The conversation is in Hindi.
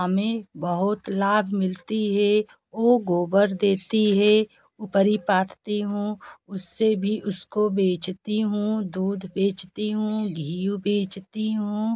हमें बहुत लाभ मिलता है वो गोबर देती है उपली पाथती हूँ उससे भी उसको बेचती हूँ दूध बेचती हूँ घी बेचती हूँ